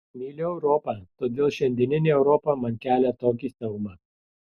myliu europą todėl šiandieninė europa man kelia tokį siaubą